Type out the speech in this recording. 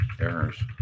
errors